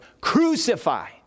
crucify